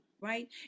right